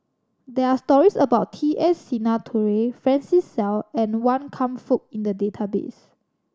there are stories about T S Sinnathuray Francis Seow and Wan Kam Fook in the database